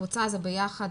הקבוצה הזו ביחד,